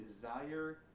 desire